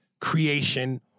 creation